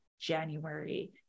January